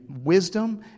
wisdom